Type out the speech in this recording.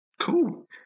Cool